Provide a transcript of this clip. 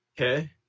Okay